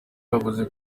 yavuze